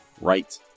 right